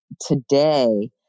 today